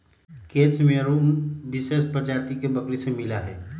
case मेयर उन विशेष प्रजाति के बकरी से मिला हई